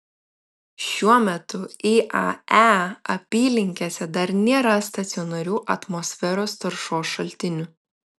šiuo metu iae apylinkėse dar nėra stacionarių atmosferos taršos šaltinių